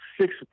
six